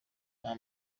nta